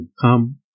come